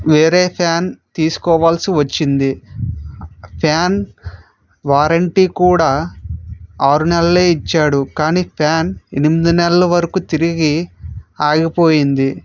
వేరే ఫ్యాన్ తీసుకోవాల్సి వచ్చింది ఫ్యాన్ వారంటీ కూడా ఆరునెలలు ఇచ్చాడు కానీ ఫ్యాన్ ఎనిమిది నెలలు వరకు తిరిగి ఆగిపోయింది